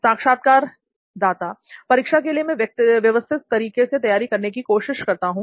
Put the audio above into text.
साक्षात्कारदाता परीक्षा के लिए मैं व्यवस्थित तरीके से तैयारी करने की कोशिश करता हूं